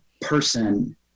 person